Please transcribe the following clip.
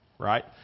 Right